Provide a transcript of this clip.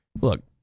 Look